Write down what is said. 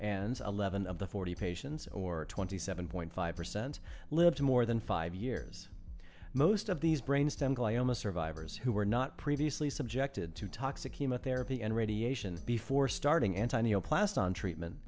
and eleven of the forty patients or twenty seven point five percent lived more than five years most of these brain stem glioma survivors who were not previously subjected to toxic chemotherapy and radiation before starting antonio plast on treatment